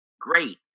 Great